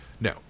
No